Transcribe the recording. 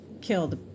killed